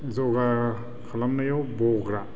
जगा खालामनायाव बग्रा